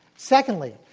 secondly.